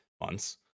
months